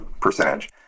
percentage